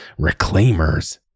reclaimers